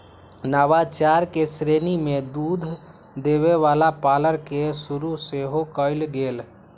नवाचार के श्रेणी में दूध देबे वला पार्लर के शुरु सेहो कएल गेल